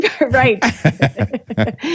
Right